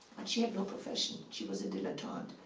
and she had no profession she was a dilettante.